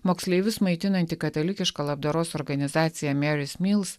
moksleivius maitinanti katalikiška labdaros organizacija meri smils